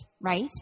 right